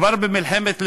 כבר לגבי מלחמת לבנון,